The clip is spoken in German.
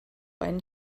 einen